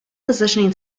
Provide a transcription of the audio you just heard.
positioning